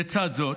לצד זאת,